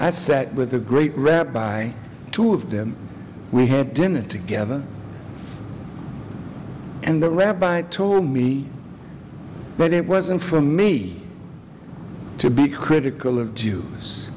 i sat with a great rabbi two of them we had dinner together and the rabbi told me but it wasn't for me to be critical of jews